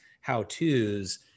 how-to's